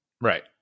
Right